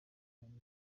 bwanyu